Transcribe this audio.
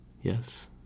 Yes